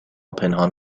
پنهان